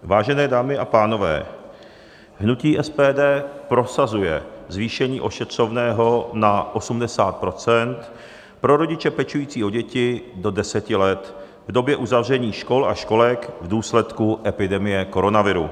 Vážené dámy a pánové, hnutí SPD prosazuje zvýšení ošetřovného na 80 % pro rodiče pečující o děti do 10 let v době uzavření škol a školek v důsledku epidemie koronaviru.